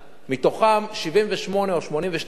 מתוכן 78,000 או 82,000,